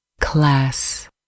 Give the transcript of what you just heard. Class